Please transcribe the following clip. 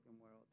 world